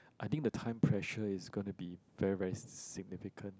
I think the time pressure is going to be very very s~ significant